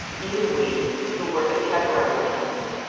even we, who were but temporary tenants,